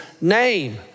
name